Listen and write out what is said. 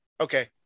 okay